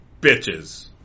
bitches